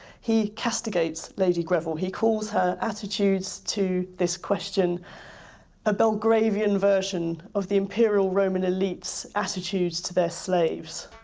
he castigates lady greville, he calls her attitudes to this question a belgravian version of the imperial roman elite's attitudes to their slaves.